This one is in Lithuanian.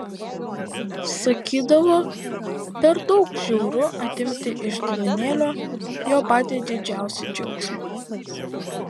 sakydavo per daug žiauru atimti iš gyvūnėlio jo patį didžiausią džiaugsmą